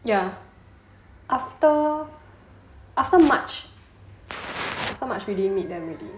ya after after march after march we didn't meet them already